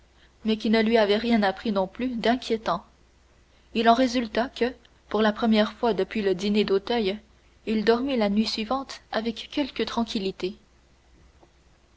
mais qui ne lui avait rien appris non plus d'inquiétant il en résulta que pour la première fois depuis le dîner d'auteuil il dormit la nuit suivante avec quelque tranquillité